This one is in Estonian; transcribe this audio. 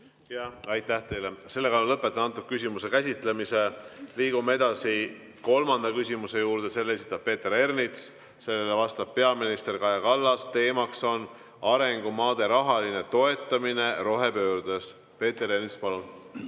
Aitäh teile! Lõpetan selle küsimuse käsitlemise. Liigume edasi kolmanda küsimuse juurde. Selle esitab Peeter Ernits, sellele vastab peaminister Kaja Kallas ja teema on arengumaade rahaline toetamine rohepöördes. Peeter Ernits, palun!